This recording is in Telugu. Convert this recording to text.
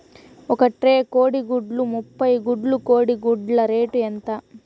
ఒక ట్రే కోడిగుడ్లు ముప్పై గుడ్లు కోడి గుడ్ల రేటు ఎంత?